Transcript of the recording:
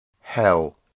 Hell